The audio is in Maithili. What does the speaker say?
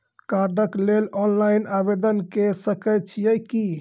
कार्डक लेल ऑनलाइन आवेदन के सकै छियै की?